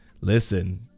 listen